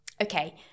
Okay